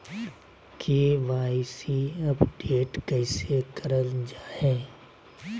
KYC update कैसे करल जाहै?